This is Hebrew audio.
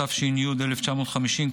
התש"י 1950,